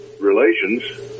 relations